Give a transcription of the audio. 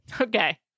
Okay